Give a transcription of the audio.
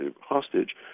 hostage